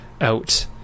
out